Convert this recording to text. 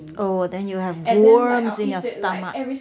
oh then you'll have worms in your stomach